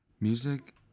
Music